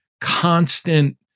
constant